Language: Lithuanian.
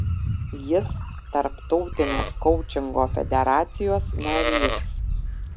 jis tarptautinės koučingo federacijos narys